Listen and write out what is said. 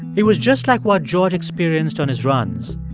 it was just like what george experienced on his runs.